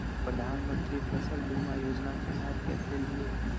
प्रधानमंत्री फसल बीमा योजना के लाभ कैसे लिये?